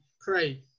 pray